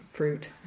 fruit